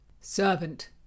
Servant